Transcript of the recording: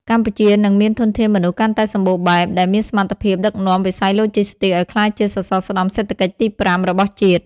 កម្ពុជានឹងមានធនធានមនុស្សកាន់តែសម្បូរបែប ដែលមានសមត្ថភាពដឹកនាំវិស័យឡូជីស្ទីកឱ្យក្លាយជាសសរស្តម្ភសេដ្ឋកិច្ចទី៥ របស់ជាតិ។